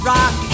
Rock